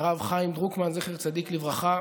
הרב חיים דרוקמן, זכר צדיק לברכה,